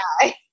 die